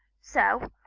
so,